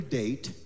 date